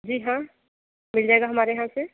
जी हाँ मिल जाएगा हमारे यहाँ से